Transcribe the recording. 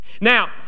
now